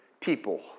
people